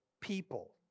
people